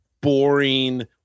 boring